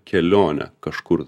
kelionę kažkur